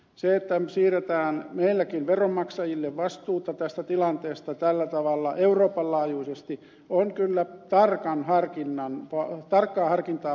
se että siirretään meilläkin veronmaksajille vastuuta tästä tilanteesta tällä tavalla euroopan laajuisesti on kyllä tarkkaa harkintaa vaativa päätös